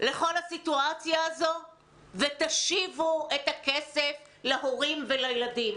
לכל הסיטואציה הזו ותשיבו את הכסף להורים ולילדים,